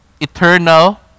eternal